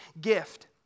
gift